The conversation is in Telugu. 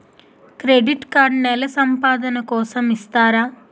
క్రెడిట్ కార్డ్ నెల సంపాదన కోసం ఇస్తారా?